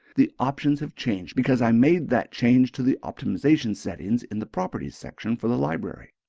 the options have changed because i made that change to the optimization settings in the properties section for the library.